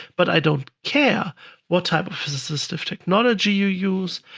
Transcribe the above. but i don't care what type of assistive technology you use,